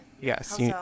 yes